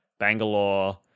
Bangalore